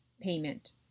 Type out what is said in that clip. payment